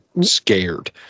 scared